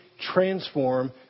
transform